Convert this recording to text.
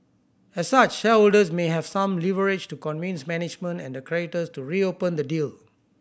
as such shareholders may have some leverage to convince management and the creditors to reopen the deal